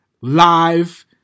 live